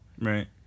Right